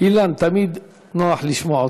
אילן, תמיד נוח לשמוע אותך.